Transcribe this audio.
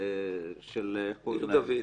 עיר דוד.